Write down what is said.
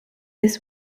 his